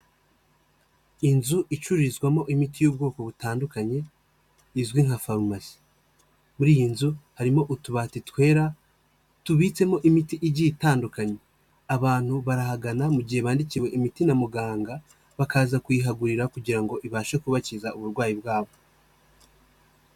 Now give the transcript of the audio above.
Inzu icururizwamo imiti y'ubwoko butandukanye, izwi nka farumasi. Muri iyi nzu harimo utubati twera tubitsemo imiti igiye itandukanye. Abantu barahagana mu gihe bandikiwe imiti na muganga, bakaza kuyihagurira kugira ngo ibashe kubakiza uburwayi bwabo.